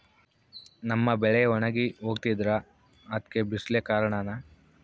ನಮ್ಮ ಬೆಳೆ ಒಣಗಿ ಹೋಗ್ತಿದ್ರ ಅದ್ಕೆ ಬಿಸಿಲೆ ಕಾರಣನ?